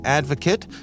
advocate